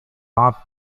pop